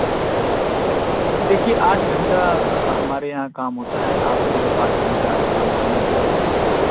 دیکھیے آٹھ گھنٹہ ہمارے یہاں کام ہوتا ہے آپ کو آٹھ گھنٹہ کام کرنا پڑے گا